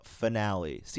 finale